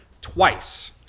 twice